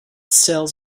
cell